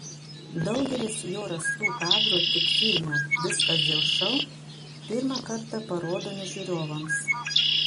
daugelis jo rastų kadrų tik filme viskas dėl šou pirmą kartą parodomi žiūrovams